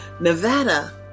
Nevada